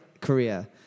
Korea